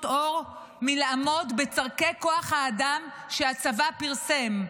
אור מלעמוד בצורכי כוח האדם שהצבא פרסם,